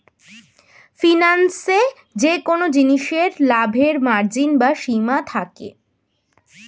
ফিন্যান্সে যেকোন জিনিসে লাভের মার্জিন বা সীমা থাকে